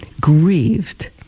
grieved